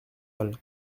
mal